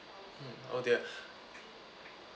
mm oh dear